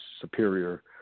superior